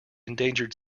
endangered